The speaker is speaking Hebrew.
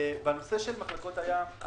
בנושא של מחלקות הים,